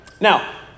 Now